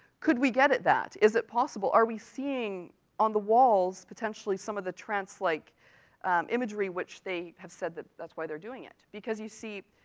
could we get at that? is it possible? are we seeing on the walls, potentially, some of the trance-like imagery which they have said that that's why they're doing it. because you see,